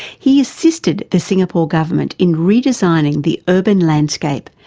he assisted the singapore government in redesigning the urban landscape,